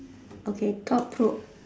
okay thought Pro